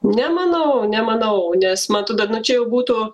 nemanau nemanau nes man atrodo nu čia jau būtų